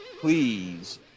please